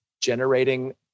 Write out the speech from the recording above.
generating